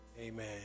Amen